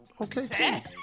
Okay